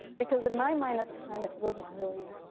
because in my mind at the time, it wasn't really